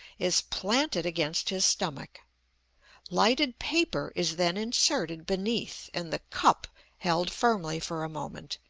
is planted against his stomach lighted paper is then inserted beneath, and the cup held firmly for a moment,